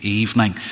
evening